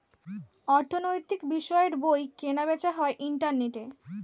অর্থনৈতিক বিষয়ের বই কেনা বেচা হয় ইন্টারনেটে